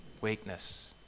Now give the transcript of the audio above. weakness